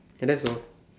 can I solve